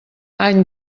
any